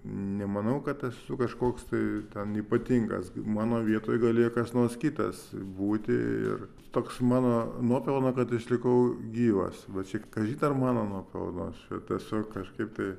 nemanau kad esu kažkoks tai ten ypatingas mano vietoj galėjo kas nors kitas būti ir toks mano nuopelnas kad išlikau gyvas va čia kažin ar mano nuopelnas tiesiog kažkaip tai